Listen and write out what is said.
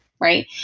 right